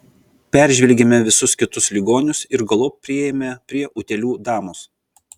peržvelgėme visus kitus ligonius ir galop priėjome prie utėlių damos